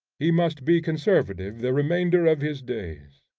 he must be conservative the remainder of his days.